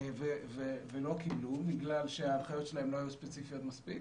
ולא קיבלו בגלל שהנחיות שלהם לא היו ספציפיות מספיק.